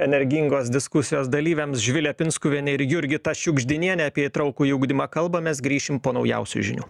energingos diskusijos dalyviam živilė pinskuvienė ir jurgita šiugždinienė apie įtraukųjį ugdymą kalbamės grįšim po naujausių žinių